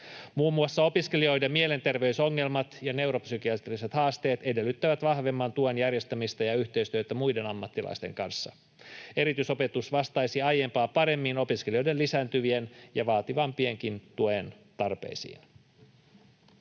Muun muassa opiskelijoiden mielenterveysongelmat ja neuropsykiatriset haasteet edellyttävät vahvemman tuen järjestämistä ja yhteistyötä muiden ammattilaisten kanssa. Erityisopetus vastaisi aiempaa paremmin opiskelijoiden lisääntyviin, vaativammankin tuen tarpeisiin.